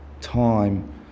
time